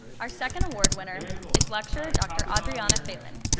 our second award winner is lecturer dr. adriana phelan.